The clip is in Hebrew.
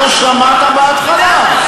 לא שמעת בהתחלה?